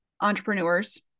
entrepreneurs